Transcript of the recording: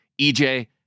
EJ